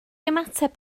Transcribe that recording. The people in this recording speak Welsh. ymateb